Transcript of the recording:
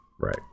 Right